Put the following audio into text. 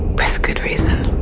with good reason.